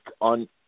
on